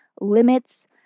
limits